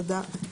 11. תודה.